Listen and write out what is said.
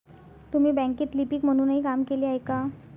तुम्ही बँकेत लिपिक म्हणूनही काम केले आहे का?